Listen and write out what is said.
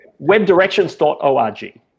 Webdirections.org